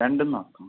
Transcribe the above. രണ്ടും നോക്കണം